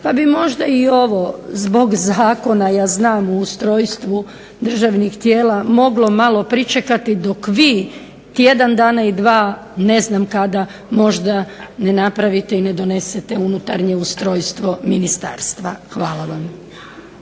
Pa bi možda i ovo zbog zakona, ja znam u ustrojstvu državnih tijela, moglo malo pričekati dok vi tjedan dana i dva, ne znam kada, možda ne napravite i ne donesete unutarnje ustrojstvo ministarstva. Hvala vam.